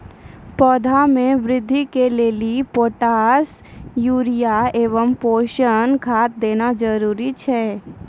पौधा मे बृद्धि के लेली पोटास यूरिया एवं पोषण खाद देना जरूरी छै?